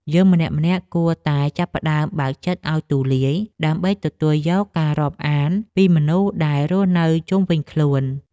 យើងម្នាក់ៗគួរតែចាប់ផ្ដើមបើកចិត្តឱ្យទូលាយ ដើម្បីទទួលយកការរាប់អានពីមនុស្សដែលរស់នៅជុំវិញខ្លួន។